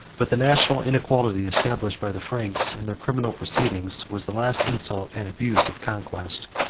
but the national inequality established by the franks, in their criminal proceedings, was the last insult and abuse of conquest.